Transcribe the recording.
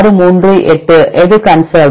638 எது கன்சர் வ்டு